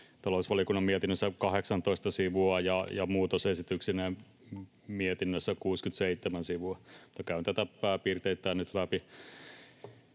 talousvaliokunnan mietinnössä joku 18 sivua ja muutosesityksineen mietinnössä 67 sivua. Käyn tätä pääpiirteittäin nyt läpi.